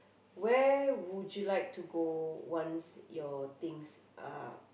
where would you like to go once your things uh